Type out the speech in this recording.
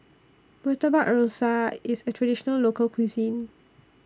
Murtabak Rusa IS A Traditional Local Cuisine